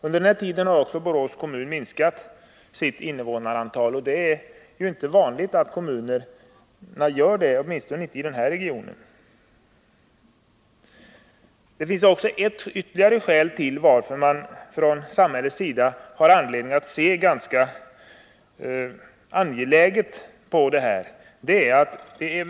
Under denna tid har också Borås kommun minskat sitt invånarantal, och det är inte vanligt att kommunerna gör det, åtminstone inte i den här regionen. Det finns ytterligare ett skäl för samhället att se allvarligt på vad som sker.